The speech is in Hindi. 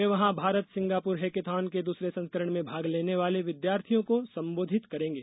वे वहां भारत सिंगापुर हैकेथॉन के दूसरे संस्करण में भाग लेने वाले विद्यार्थियों को संबोधित करेंगे